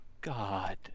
God